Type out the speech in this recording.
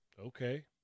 okay